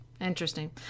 Interesting